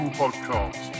podcast